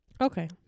Okay